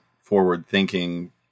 forward-thinking